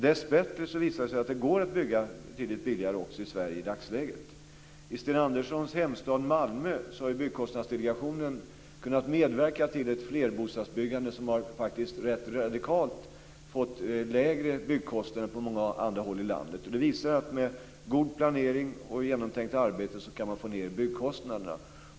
Dessbättre visar det sig att det går att bygga betydligt billigare också i Sverige i dagsläget. I Sten Anderssons hemstad Malmö har Byggkostnadsdelegationen kunnat medverka till ett flerbostadsbyggande som fått rätt radikalt lägre byggkostnader än på många andra håll i landet. Det visar att man med god planering och genomtänkt arbete kan få ned byggkostnaderna.